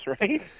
right